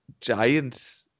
giants